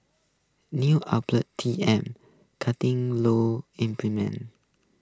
news outlet T M cutting law enforcement